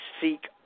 seek